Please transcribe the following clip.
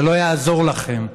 זה לא יעזור לכם,